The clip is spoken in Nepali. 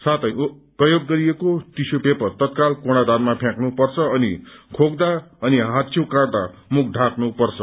सार्थ प्रयोग गरिएको टिश्यू पेपर तत्काल कुड़ादनमा फ्याँक्नु पर्छ अनि खोक्दा अनि हाच्छिउँ काड़दा मुख ढाक्नु पर्छ